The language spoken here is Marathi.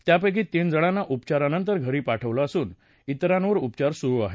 त्यापैकी तीन जणांना उपचारानंतर घरी पाठवलं असून त्विरांवर उपचार सुरू आहेत